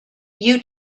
you